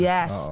Yes